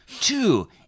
two